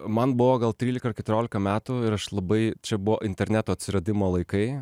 man buvo gal trylika ar keturiolika metų ir aš labai čia buvo interneto atsiradimo laikai